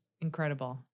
incredible